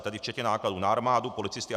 Tedy včetně nákladů na armádu, policisty atp.